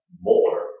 more